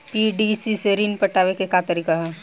PDC से ऋण पटावे के का तरीका ह?